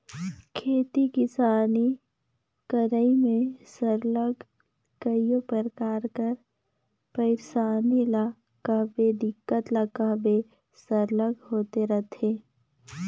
खेती किसानी करई में सरलग कइयो परकार कर पइरसानी ल कहबे दिक्कत ल कहबे सरलग होते रहथे